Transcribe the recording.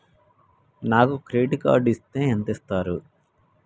నాకు credit card ఇస్తే ఎంత ఇస్తరు?